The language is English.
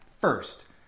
First